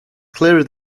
clearer